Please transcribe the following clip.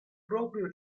proprio